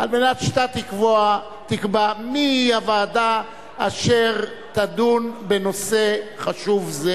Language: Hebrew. על מנת שאתה תקבע מי היא הוועדה אשר תדון בנושא חשוב זה.